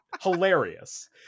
hilarious